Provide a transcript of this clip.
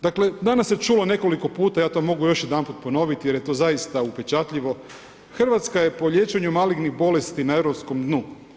Dakle, danas se čulo nekoliko puta, ja to mogu još jedanput ponoviti, jer je to zaista upečatljivo, Hrvatska je po liječenju malignih bolesti na europskom dnu.